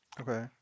Okay